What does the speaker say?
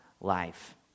life